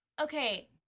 okay